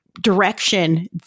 direction